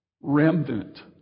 remnant